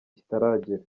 kitaragera